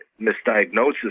misdiagnosis